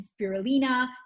spirulina